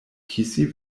kisi